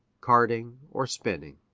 carding or spinning.